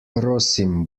prosim